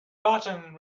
button